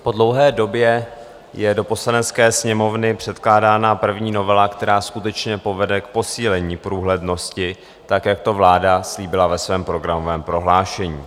Po dlouhé době je do Poslanecké sněmovny předkládána první novela, která skutečně povede k posílení průhlednosti tak, jak to vláda slíbila ve svém programovém prohlášení.